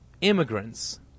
immigrants